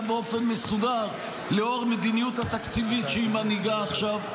באופן מסודר לאור המדיניות התקציבית שהיא מנהיגה עכשיו.